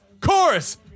chorus